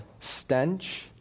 stench